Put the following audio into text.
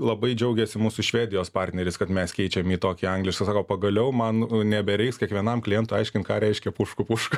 labai džiaugiasi mūsų švedijos partneriais kad mes keičiam į tokį anglišką sako pagaliau man nebereiks kiekvienam klientui aiškint ką reiškia pušku pušku